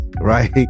Right